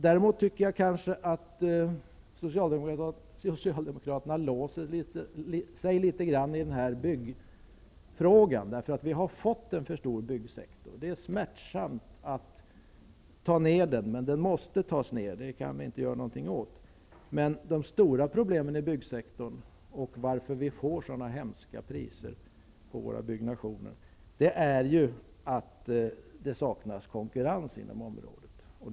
Däremot tycker jag kanske att socialdemokraterna låst sig litet grand i byggfrågan. Vi har fått en för stor byggsektor. Det är smärtsamt att dra ner på den, men det måste vi göra. Det är ingenting att göra åt det. Men det stora problemet inom byggsektorn och orsaken till att vi har fått så hemska priser är att det saknas konkurrens inom byggområdet.